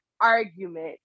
argument